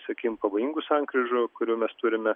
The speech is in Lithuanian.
sakykim pavojingų sankryžų kurių mes turime